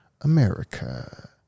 america